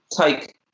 Take